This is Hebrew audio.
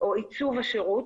או עיצוב השירות,